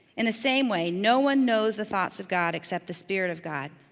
in the same way, no one knows the thoughts of god except the spirit of god.